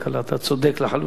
אתה צודק לחלוטין.